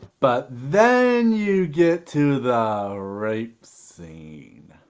but then you get to the rape scene.